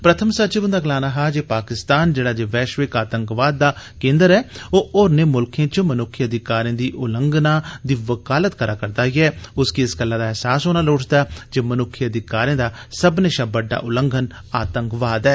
प्रथम सचिव हुन्दा गलाना हा जे पाकिस्तान जेड़ा जे वैश्विक आतंकवाद दा केन्द्र ऐ ओ होरने मुल्खें च मन्क्खी अधिकारें दे उल्लंघन दी वकालत करा रदा ऐ उस गी इस गल्ला दा एहसास होना लोड़चदा जे मनुक्खी अधिकारें दा सब्बने शा बड्डा उल्लंघन आतंकवाद ऐ